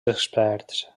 experts